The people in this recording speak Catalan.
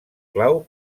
clau